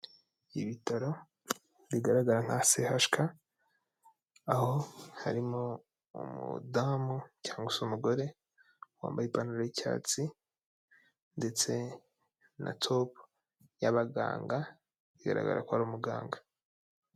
Ibitaro bigaragara nka sehashika, aho harimo umudamu cyangwa se umugore wambaye ipantaro y'icyatsi ndetse na topu y'abaganga igaragara ko ari umuganga.